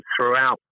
throughout